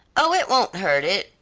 oh, it won't hurt it.